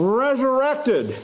resurrected